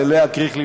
ללאה קריכלי,